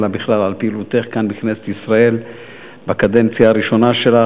אלא בכלל על פעילותך כאן בכנסת ישראל בקדנציה הראשונה שלך,